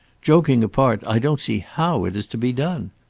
joking apart, i don't see how it is to be done.